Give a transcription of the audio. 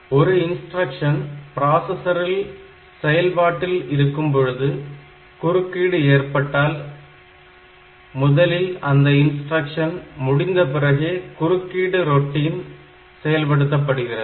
ஒரு இன்ஸ்டிரக்ஷன் ப்ராசசரில் செயல்பாட்டில் இருக்கும்போது குறுக்கீடு ஏற்பட்டால் முதலில் அந்த இன்ஸ்டிரக்ஷன் முடிந்த பிறகே குறுக்கீடு ரொட்டின் செயல்படுத்தப்படுகிறது